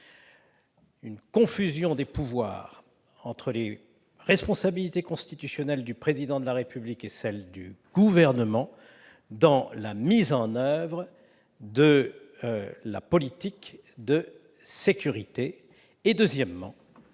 la confusion des pouvoirs entre les responsabilités constitutionnelles du Président de la République et celles du Gouvernement dans la mise en oeuvre de la politique de sécurité ; deuxièmement,